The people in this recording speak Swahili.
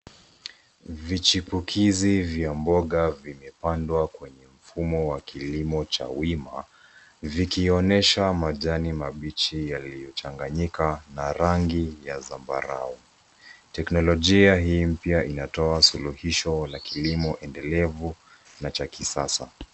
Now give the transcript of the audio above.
Vichipukizi vya mboga vimepandwa kwenye mfumo wa kilimo cha wima vikionyesha majani mabichi yaliyochanganyika na rangi ya zambarau. Teknolojia hii mpya inatoa suluhisho la kilimo endelevu na cha kisasa.